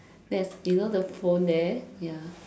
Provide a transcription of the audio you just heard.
there's you know the phone there ya